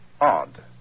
Odd